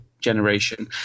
generation